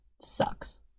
sucks